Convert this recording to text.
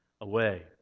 away